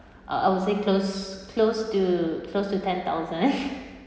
uh I would say close close to close to ten thousand